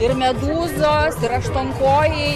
ir medūzos aštuonkojai